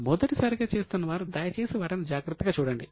కాని మొదటిసారిగా చేస్తున్న వారు దయచేసి వాటిని జాగ్రత్తగా చూడండి